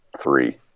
three